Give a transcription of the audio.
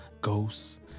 ghosts